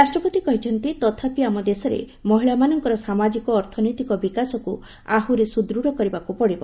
ରାଷ୍ଟ୍ରପତି କହିଛନ୍ତି ତଥାପି ଆମ ଦେଶରେ ମହିଳାମାନଙ୍କ ସାମାଜିକ ଓ ଅର୍ଥନୈତିକ ବିକାଶକୁ ଆହୁରି ସୁଦୂଢ କରିବାକୁ ପଡିବ